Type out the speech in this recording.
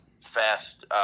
Fast